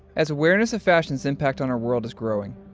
as awareness of fashion's impact on our world is growing,